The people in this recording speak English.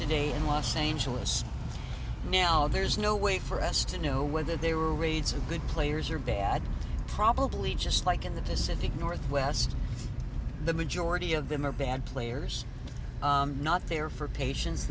today in los angeles now there's no way for us to know whether they were raids are good players or bad probably just like in the pacific northwest the majority of them are bad players not there for patients